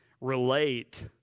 relate